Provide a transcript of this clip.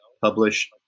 published